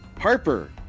Harper